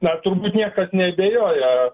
na turbūt niekas neabejojo